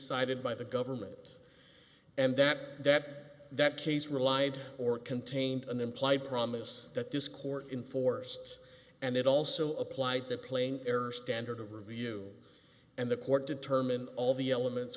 cited by the government and that that that case relied or contained an implied promise that this court enforced and it also applied the playing error standard of review and the court determined all the elements